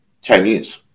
Chinese